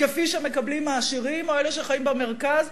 כפי שמקבלים העשירים או אלה שחיים במרכז,